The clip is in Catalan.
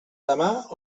demà